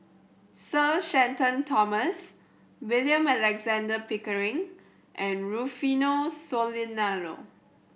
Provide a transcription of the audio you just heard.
Sir Shenton Thomas William Alexander Pickering and Rufino Soliano